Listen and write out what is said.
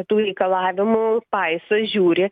tų reikalavimų paiso žiūri